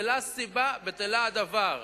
בטלה הסיבה, בטל הדבר.